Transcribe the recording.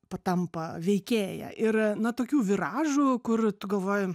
patampa veikėja ir na tokių viražų kur tu galvoji